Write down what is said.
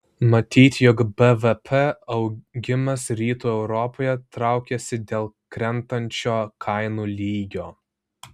matyti jog bvp augimas rytų europoje traukiasi dėl krentančio kainų lygio